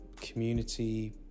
community